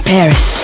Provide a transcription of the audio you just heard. Paris